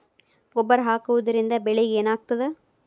ಗೊಬ್ಬರ ಹಾಕುವುದರಿಂದ ಬೆಳಿಗ ಏನಾಗ್ತದ?